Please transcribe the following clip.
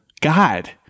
God